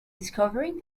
discovering